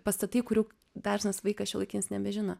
pastatai kurių dažnas vaikas šiuolaikinis nebežino